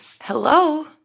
Hello